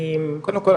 קודם כל,